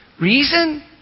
Reason